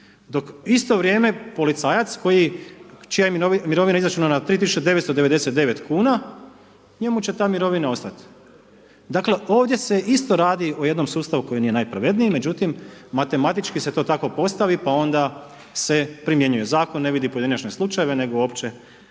Dok u isto vrijeme, policajac koji, čija mirovina je izračunata na 3999 kuna, njemu će ta mirovina ostat'. Dakle, ovdje se isto radi o jednom sustavu koji nije najpravedniji, međutim matematički se to tako postavi pa onda se primjenjuje Zakon, ne vidi pojedinačne slučajeve, nego opće